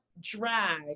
drag